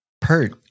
Pert